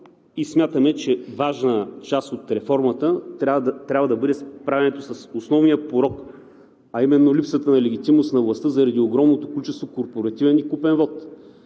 и смятаме, че важна част от реформата трябва да бъде справянето с основния порок, а именно липсата на легитимност на властта заради огромното количество корпоративен и купен вот.